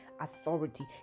authority